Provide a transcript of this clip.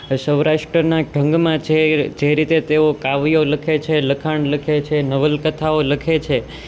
સૌરાષ્ટ્રના ઢંગમાં જે રીતે તેઓ કાવ્યો લખે છે લખાણ લખે છે નવલકથાઓ લખે છે